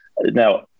Now